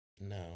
no